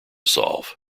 solve